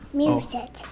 music